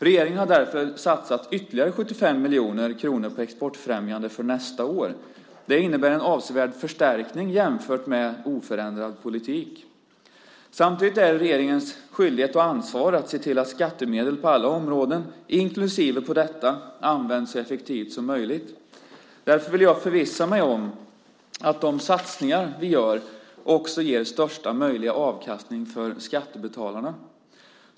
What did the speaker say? Regeringen har därför satsat ytterligare 75 miljoner kronor på exportfrämjandet för nästa år. Det innebär en avsevärd förstärkning jämfört med oförändrad politik. Samtidigt är det regeringens skyldighet och ansvar att se till att skattemedel på alla områden, inklusive detta, används så effektivt som möjligt. Därför vill jag förvissa mig om att de satsningar vi gör också ger största möjliga avkastning för skattebetalarna.